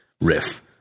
riff